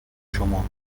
شما